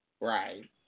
Right